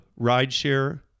rideshare